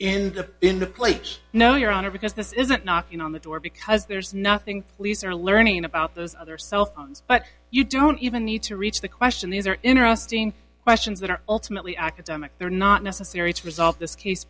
know your honor because this isn't knocking on the door because there's nothing police or learning about those other cellphones but you don't even need to reach the question these are interesting questions that are ultimately academic they're not necessary to resolve this case